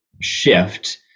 shift